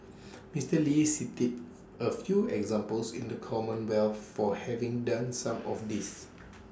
Mister lee cited A few examples in the commonwealth for having done some of this